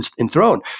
enthroned